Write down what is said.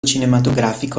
cinematografico